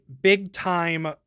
big-time